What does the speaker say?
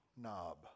knob